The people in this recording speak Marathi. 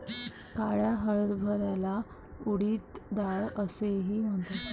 काळ्या हरभऱ्याला उडीद डाळ असेही म्हणतात